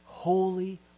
Holy